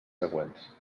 següents